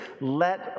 let